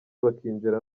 bakinjira